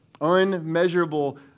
Unmeasurable